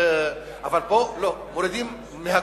אבל פה, לא, מורידים מהכול.